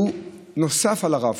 הוא נוסף על הרב-קו,